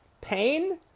pain